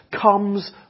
comes